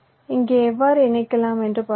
இங்கே எவ்வாறு இணைக்கலாம் என்று பார்ப்போம்